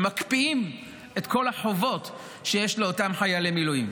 ומקפיאים את כל החובות שיש לאותם חיילי מילואים.